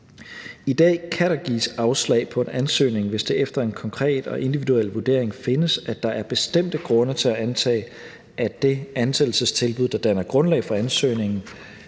I dag kan der gives afslag på en ansøgning, hvis det efter en konkret og individuel vurdering findes, at der er bestemte grunde til at antage, at det ansættelsestilbud, der danner grundlag for ansøgningen,